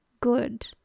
good